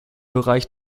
bereich